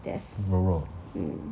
牛肉